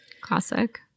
Classic